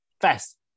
fast